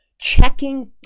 checking